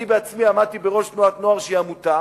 אני בעצמי עמדתי בראש תנועת נוער שהיא עמותה,